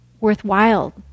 worthwhile